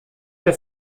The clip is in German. der